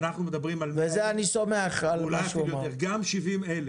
גם 70,000